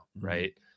Right